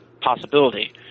possibility